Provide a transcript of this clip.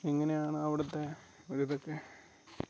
എങ്ങനെയാണ് അവിടുത്തെ ഒരിത് ഒക്കെ